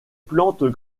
plantes